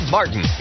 Martin